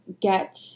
get